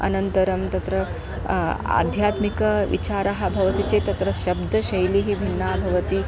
अनन्तरं तत्र आध्यात्मिक विचारः भवति चेत् तत्र शब्दशैली भिन्ना भवति